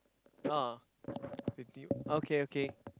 oh fifty okay okay